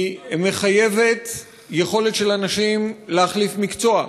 היא מחייבת יכולת של אנשים להחליף מקצוע,